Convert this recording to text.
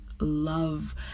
love